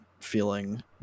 feeling